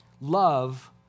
love